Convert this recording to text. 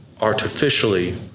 artificially